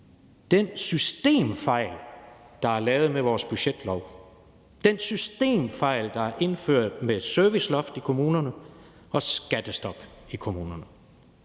den systemfejl, der er lavet med vores budgetlov, altså den systemfejl, der er indført med et serviceloft i kommunerne og et skattestop i kommunerne.